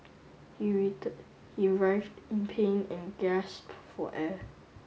he he writhed in pain and gasped for air